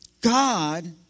God